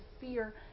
fear